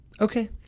Okay